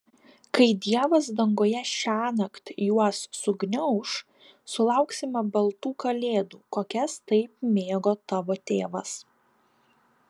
kai dievas danguje šiąnakt juos sugniauš sulauksime baltų kalėdų kokias taip mėgo tavo tėvas